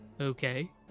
Okay